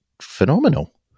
phenomenal